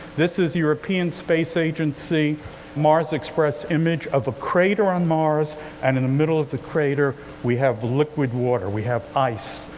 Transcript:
this is european space agency mars express, image of a crater on mars and in the middle of the crater we have liquid water, we have ice.